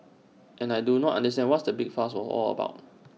and I do not understand what's the big fuss was all about